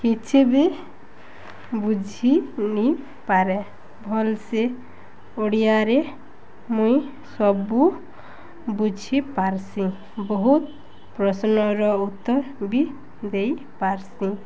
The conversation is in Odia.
କିଛି ବି ବୁଝି ନି ପାରେ ଭଲ୍ସେ ଓଡ଼ିଆରେ ମୁଇଁ ସବୁ ବୁଝି ପାର୍ସିଁ ବହୁତ୍ ପ୍ରଶ୍ନର ଉତ୍ତର୍ ବି ଦେଇ ପାର୍ସିଁ